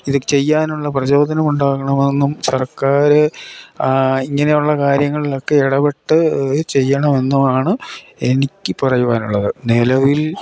ഇത് ചെയ്യാനുള്ള പ്രചോദനം ഉണ്ടാകണമെന്നും സർക്കാർ ഇങ്ങനെയുള്ള കാര്യങ്ങളിലൊക്കെ ഇടപെട്ട് ചെയ്യണമെന്നുമാണ് എനിക്ക് പറയുവാനുള്ളത് നിലവിൽ